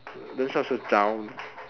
don't sound so down